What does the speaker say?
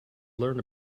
learn